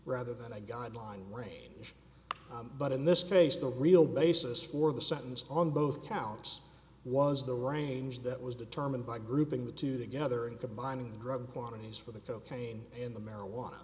rather than i guideline range but in this case the real basis for the sentence on both counts was the range that was determined by grouping the two together and combining the drug quantities for the cocaine in the marijuana